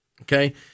Okay